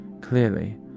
Clearly